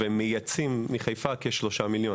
ומייצאים כ-3 מיליון